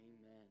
Amen